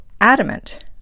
adamant